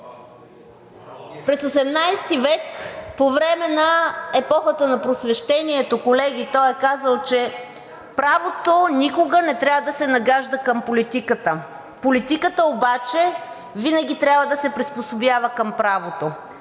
През XVIII по време на епохата на Просвещението, колеги, той е казал, че: „Правото никога не трябва да се нагажда към политиката, политиката обаче винаги трябва да се приспособява към правото.